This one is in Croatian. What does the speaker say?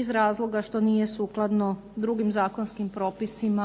iz razloga što nije sukladno drugim zakonskim propisima,